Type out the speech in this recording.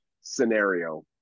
scenario